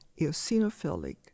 eosinophilic